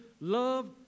love